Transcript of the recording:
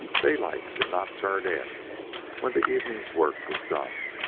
daylight did not turn in when the evening's work was done.